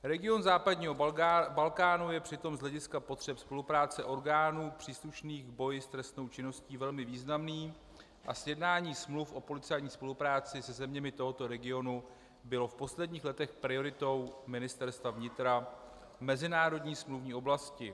Region západního Balkánu je přitom z hlediska potřeb spolupráce orgánů příslušných v boji s trestnou činností velmi významný a sjednání smluv o policejní spolupráci se zeměmi tohoto regionu bylo v posledních letech prioritou Ministerstva vnitra v mezinárodní smluvní oblasti.